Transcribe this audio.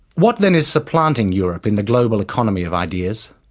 what then is supplanting europe in the global economy of ideas?